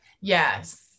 Yes